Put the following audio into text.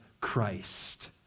Christ